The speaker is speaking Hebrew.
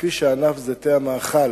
כפי שענף זיתי המאכל